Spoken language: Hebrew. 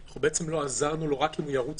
אנחנו בעצם לא עזרנו לו אלא אם כן הוא ירוץ